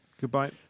Goodbye